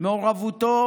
מעורבותו